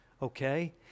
Okay